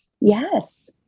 Yes